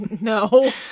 No